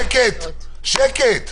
אז כל רכב שיגיע למחסום משטרתי,